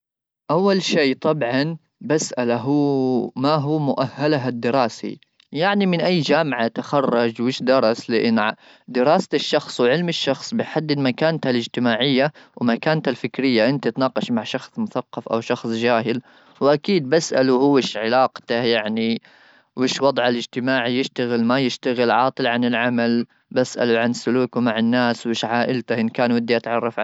اول شيء طبعا بساله ما هو مؤهلها الدراسي يعني من اي جامعه تخرج ,ويش درس دراسه الشخص وعلم الشخص بحدد مكانها الاجتماعيه ,ومكانه الفكريه ,انت تناقش مع شخص مثقف او شخص جاهل واكيد بساله هو ايش علاقته يعني وايش وضع الاجتماعي يشتغل ما يشتغل عاطل عن العمل بسال عن سلوك ومع الناس وش عائلته ان كان ودي اتعرف عليه.